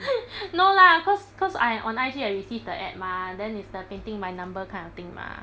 no lah cause cause I on I_G I receive the ad mah then it's the painting by number kind of thing mah